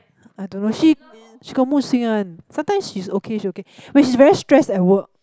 I don't know she she got mood swing one sometimes she's okay she okay when she's very stress at work